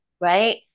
right